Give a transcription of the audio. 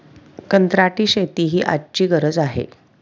कंत्राटी शेती ही आजची गरज आहे